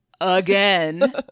again